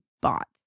bought